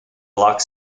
block